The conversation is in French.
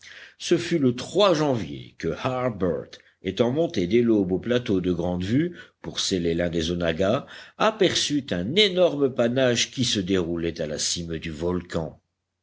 ce fut le janvier que harbert étant monté dès l'aube au plateau de grande vue pour seller l'un des onaggas aperçut un énorme panache qui se déroulait à la cime du volcan